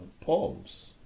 poems